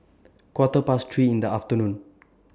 Quarter Past three in The afternoon